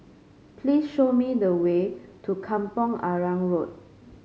please show me the way to Kampong Arang Road